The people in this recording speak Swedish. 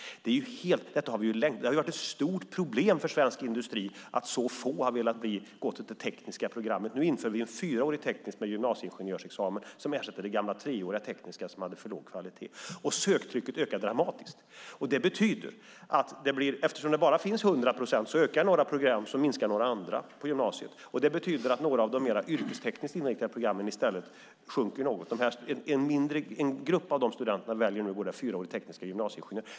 Det har varit ett stort problem för svensk industri att så få har velat gå det tekniska programmet. Nu inför vi en fyraårig teknisk gymnasieingenjörsexamen. Det ersätter det gamla treåriga tekniska, som hade för låg kvalitet. Söktrycket ökar dramatiskt. Eftersom det bara finns 100 procent betyder det att om några program på gymnasiet ökar så minskar några andra. Det betyder att några av de mer yrkestekniskt inriktade programmen i stället sjunker något. En grupp av dessa studenter väljer nu den fyraåriga linjen till teknisk gymnasieingenjör.